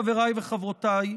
חבריי וחברותיי,